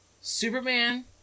Superman